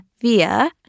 via